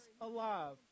alive